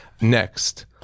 Next